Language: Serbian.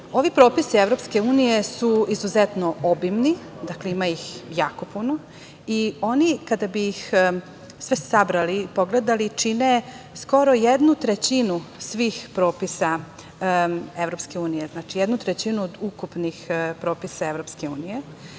Evropske unije su izuzetno obimni, dakle, ima ih jako puno i oni kada bi ih sve sabrali i pogledali čine skoro jednu trećinu svih propisa Evropske unije, znači, jednu trećinu od ukupnih propisa